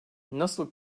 nasıl